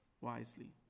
wisely